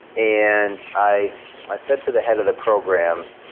and i i said to the head of the program,